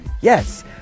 yes